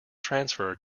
transfer